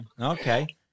okay